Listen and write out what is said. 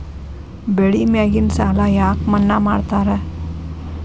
ಬೆಳಿ ಮ್ಯಾಗಿನ ಸಾಲ ಯಾಕ ಮನ್ನಾ ಮಾಡ್ತಾರ?